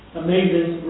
amazing